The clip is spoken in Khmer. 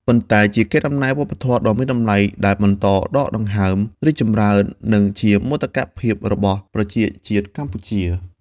ប៉ុន្តែជាកេរដំណែលវប្បធម៌ដ៏មានតម្លៃដែលបន្តដកដង្ហើម រីកចម្រើន និងជាមោទកភាពរបស់ប្រជាជាតិកម្ពុជា។